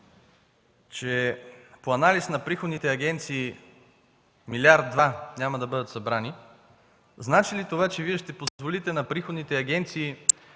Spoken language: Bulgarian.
че по анализ на приходните агенции милиард-два няма да бъдат събрани, значи ли това, че Вие ще позволите на приходните агенции